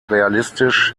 realistisch